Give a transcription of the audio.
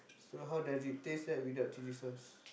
so how does it taste like without chili sauce